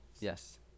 yes